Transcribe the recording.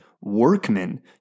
workmen